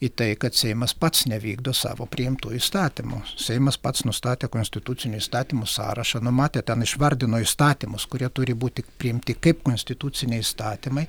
į tai kad seimas pats nevykdo savo priimtų įstatymų seimas pats nustatė konstitucinių įstatymų sąrašą numatė ten išvardino įstatymus kurie turi būti priimti kaip konstituciniai įstatymai